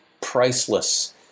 priceless